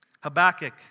Habakkuk